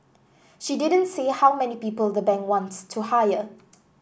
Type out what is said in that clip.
she didn't say how many people the bank wants to hire